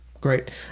great